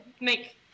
Make